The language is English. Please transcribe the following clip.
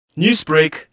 newsbreak